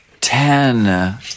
Ten